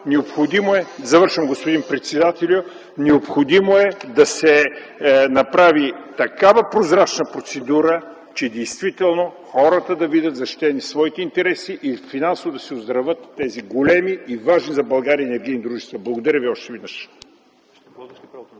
на времето.) Завършвам, господин председателю. На второ място, необходимо е да се направи такава прозрачна процедура, че действително хората да видят защитени своите интереси и финансово да се оздравят тези големи и важни за България енергийни дружества. Благодаря Ви още веднъж.